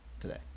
today